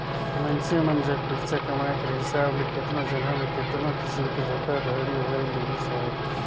मइनसे मन जग पइसा कमाए कर हिसाब ले केतनो जगहा में केतनो किसिम कर धोखाघड़ी होए लगिस अहे